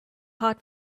hot